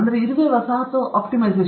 ಇರುವೆ ವಸಾಹತು ಆಪ್ಟಿಮೈಸೇಶನ್